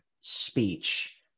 speech